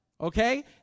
okay